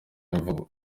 mvugo